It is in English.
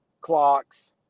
clocks